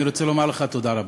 אני רוצה לומר לך תודה רבה.